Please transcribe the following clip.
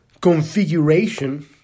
configuration